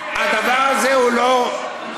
הדבר הזה הוא לא אנושי.